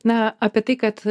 na apie tai kad